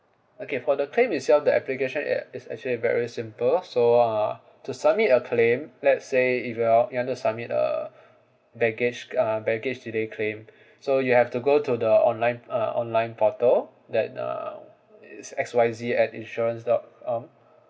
okay for the claim itself the application eh is actually very simple so uh to submit a claim let's say if you're you want to submit a baggage uh baggage delay claim so you have to go to the online uh online portal that uh it's X Y Z at insurance dot com